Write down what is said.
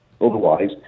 otherwise